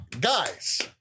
guys